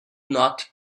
not